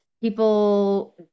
people